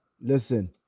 listen